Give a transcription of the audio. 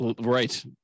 right